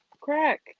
Crack